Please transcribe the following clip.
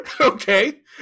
Okay